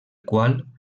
qual